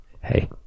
hey